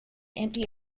empty